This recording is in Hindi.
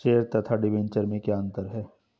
शेयर तथा डिबेंचर में क्या अंतर है?